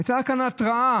הייתה כאן התראה,